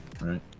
right